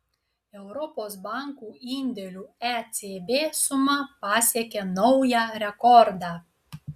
europos bankų indėlių ecb suma pasiekė naują rekordą